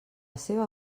seva